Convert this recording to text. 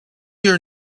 your